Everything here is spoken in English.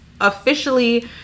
officially